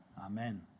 Amen